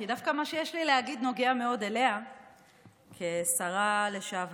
כי דווקא מה שיש לי להגיד נוגע מאוד אליה כשרה לשעבר,